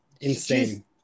Insane